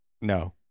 No